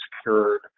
secured